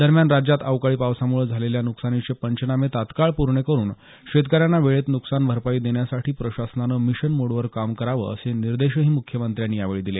दरम्यान राज्यात अवकाळी पावसामुळे झालेल्या नुकसानाचे पंचनामे तत्काळ पूर्ण करुन शेतकऱ्यांना वेळेत नुकसानभरपाई देण्यासाठी प्रशासनानं मिशन मोडवर काम करावं असे निर्देशही मुख्यमत्र्यांनी यावेळी दिले